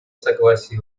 согласие